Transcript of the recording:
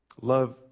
Love